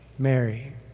Mary